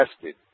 tested